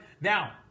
now